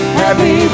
happy